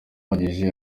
ahagije